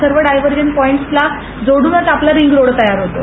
सर्व डायव्हजन पॉइंटसला जोडूनच आपला रिंगरोड तयार होतो